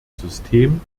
system